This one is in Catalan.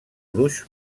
gruix